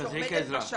עומדת בשער.